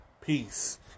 Peace